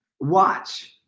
Watch